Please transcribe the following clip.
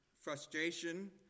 frustration